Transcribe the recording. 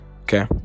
okay